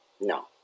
no